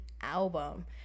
album